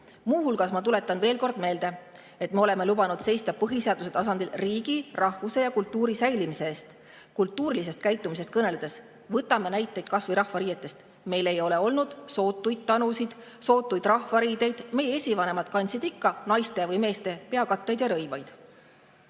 Muu hulgas, ma tuletan veel kord meelde, me oleme lubanud seista põhiseaduse tasandil riigi, rahvuse ja kultuuri säilimise eest. Kultuurilisest käitumisest kõneldes toome näiteks kas või rahvariided. Meil ei ole olnud sootuid tanusid, sootuid rahvariideid, meie esivanemad kandsid ikka naiste või meeste peakatteid ja rõivaid.